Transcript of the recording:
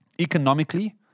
Economically